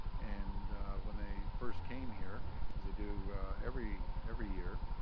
and when they first came here, as they do every every year,